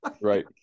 right